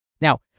Now